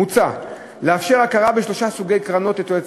מוצע לאפשר הכרה בשלושה סוגי קרנות לתועלת